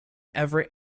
everett